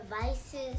devices